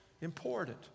important